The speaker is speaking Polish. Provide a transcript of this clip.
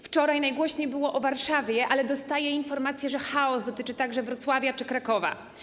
Wczoraj najgłośniej było o Warszawie, ale dostaję informacje, że chaos dotyczy także Wrocławia czy Krakowa.